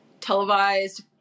televised